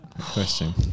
Question